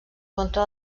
contra